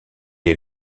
est